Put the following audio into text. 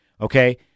okay